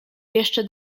jeszcze